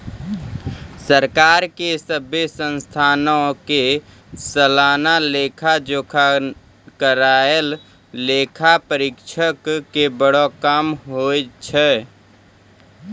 सरकार के सभ्भे संस्थानो के सलाना लेखा जोखा करनाय लेखा परीक्षक के बड़ो काम होय छै